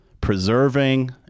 preserving